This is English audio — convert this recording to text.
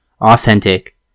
authentic